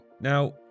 Now